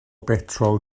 betrol